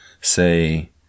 say